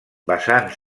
basant